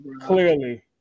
clearly